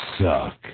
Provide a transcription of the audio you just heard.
suck